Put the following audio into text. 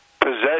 possession